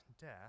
death